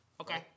okay